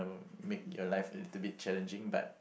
make your life a little bit challenging but